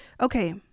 Okay